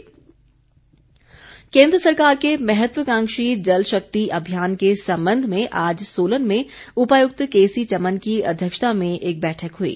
जलशक्ति केन्द्र सरकार के महत्वकांक्षी जलशक्ति अभियान के संबंध में आज सोलन में उपायुक्त केसी चमन की अध्यक्षता में एक बैठक हुई